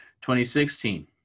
2016